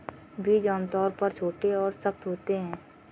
बीज आमतौर पर छोटे और सख्त होते हैं